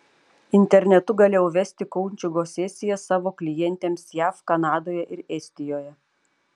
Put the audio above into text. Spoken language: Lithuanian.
internetu galėjau vesti koučingo sesijas savo klientėms jav kanadoje ir estijoje